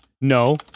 no